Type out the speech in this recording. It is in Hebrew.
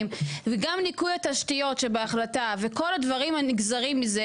וגם ניכוי התשתיות שבהחלטה וכל הדברים הנגזרים מזה,